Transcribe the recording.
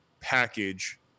package